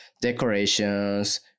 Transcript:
decorations